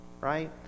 right